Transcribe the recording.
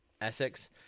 Essex